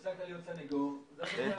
הפסקת להיות סנגור והמספר עלה.